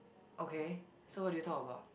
okay so what do you talk about